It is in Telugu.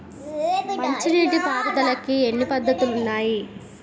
మంచి నీటి పారుదలకి ఎన్ని పద్దతులు ఉన్నాయి?